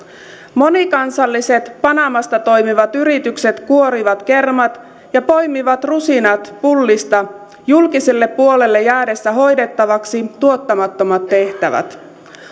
monikansalliset panamasta toimivat yritykset kuorivat kermat ja poimivat rusinat pullista julkiselle puolelle jäädessä hoidettavaksi tuottamattomat tehtävät